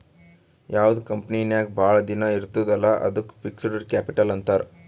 ಯಾವ್ದು ಕಂಪನಿ ನಾಗ್ ಭಾಳ ದಿನ ಇರ್ತುದ್ ಅಲ್ಲಾ ಅದ್ದುಕ್ ಫಿಕ್ಸಡ್ ಕ್ಯಾಪಿಟಲ್ ಅಂತಾರ್